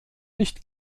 nicht